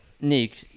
Nick